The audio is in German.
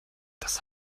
das